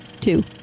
two